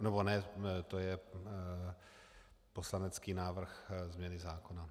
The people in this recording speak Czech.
Nebo ne, to je poslanecký návrh změny zákona.